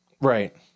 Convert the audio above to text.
right